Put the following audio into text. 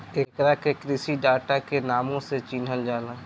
एकरा के कृषि डाटा के नामो से चिनहल जाला